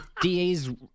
DA's